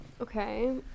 Okay